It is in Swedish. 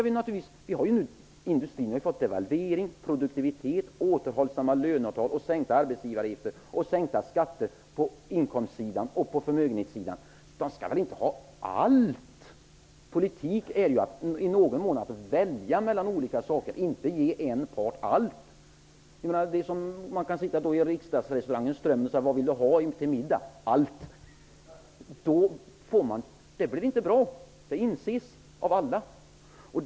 Industrin har nu fått devalvering, produktivitetsökning, återhållsamma löneavtal, sänkta arbetsgivaravgifter och sänkta skatter på inkomst och förmögenhetssidan. Den skall inte få allt. Politik är ju att i någon mån välja mellan olika saker, inte att ge en part allt. Man kan inte sitta i riksdagsrestaurangen Strömmen och till middag ha allt. Det blir inte bra; det inses av alla.